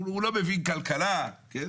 הוא לא מבין כלכלה, כן?